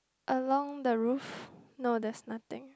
along the roof no there's nothing